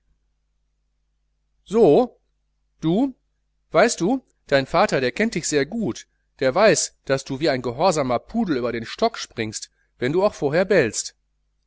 so du weißt du dein vater kennt dich sehr gut der weiß daß du wie ein pudel über den stock springst wenn du auch vorher bellst